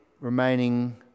remaining